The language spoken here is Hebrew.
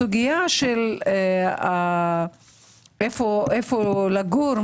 הסוגיה של איפה לגור,